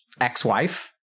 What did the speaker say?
ex-wife